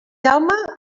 jaume